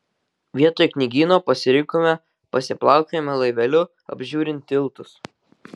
vietoj knygyno pasirinkome pasiplaukiojimą laiveliu apžiūrint tiltus